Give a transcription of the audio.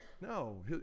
No